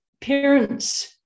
parents